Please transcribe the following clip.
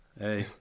Hey